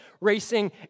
racing